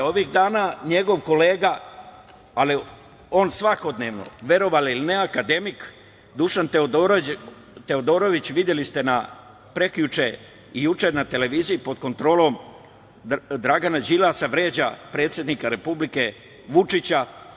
Ovih dana njegov kolega, ali on svakodnevno, verovali ili ne, akademik Dušan Teodorović, videli ste prekjuče i juče na televiziji pod kontrolom Dragana Đilasa, vređa predsednika Republike Vučića.